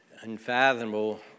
unfathomable